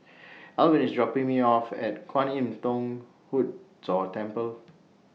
Alvin IS dropping Me off At Kwan Im Thong Hood Cho Temple